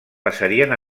passarien